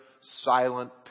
silent